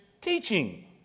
teaching